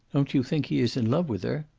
don't you think he is in love with her?